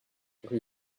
rue